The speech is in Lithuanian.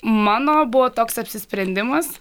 mano buvo toks apsisprendimas